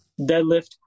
deadlift